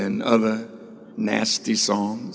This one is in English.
and other nasty song